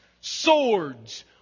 swords